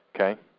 Okay